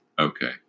Okay